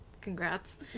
Congrats